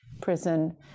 prison